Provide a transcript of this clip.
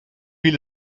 viel